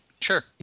Sure